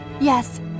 Yes